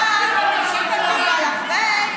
500 מתים בכל יום.